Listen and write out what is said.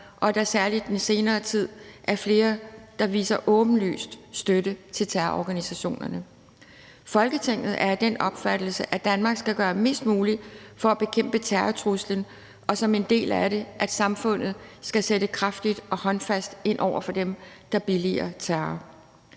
at der særlig den senere tid er flere, der åbenlyst viser deres støtte til terrororganisationer. Folketinget er af den opfattelse, at Danmark skal gøre mest muligt for at bekæmpe terrortruslen og som en del af det, at samfundet skal sætte kraftigt og håndfast ind over for dem, der billiger terror.